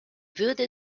würde